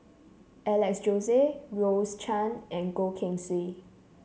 Alex Josey Rose Chan and Goh Keng Swee